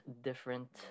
different